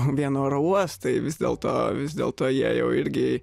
vien oro uostai vis dėlto vis dėlto jie jau irgi